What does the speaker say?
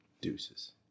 Deuces